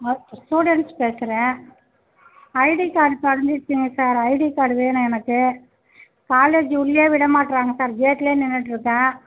ஆ students பேசுகிறேன் ID card தொலைஞ்சிச்சிங்க sir ID card வேணும் எனக்கு காலேஜி உள்ளேயே விட மாட்டேறாங்க சார் கேட்டிலே நின்றுட்ருக்கேன்